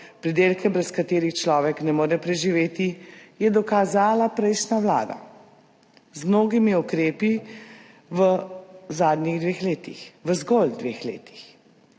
pridelke, brez katerih človek ne more preživeti je dokazala prejšnja vlada z mnogimi ukrepi v zadnjih dveh letih, v zgolj dveh letih.